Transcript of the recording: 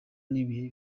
n’ibihe